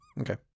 Okay